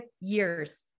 years